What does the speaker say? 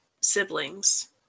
siblings